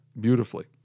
beautifully